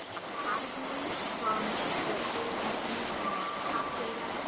a category from the consumer snapshot data,